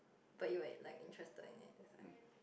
but you were like interested in it that's why